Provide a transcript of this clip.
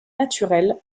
naturel